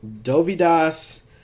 dovidas